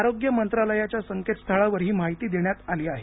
आरोग्य मंत्रालयाच्या संकेत स्थळावर ही माहिती देण्यात आली आहे